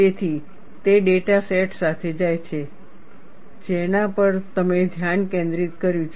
તેથી તે data set સાથે જાય છે જેના પર તમે ધ્યાન કેન્દ્રિત કર્યું છે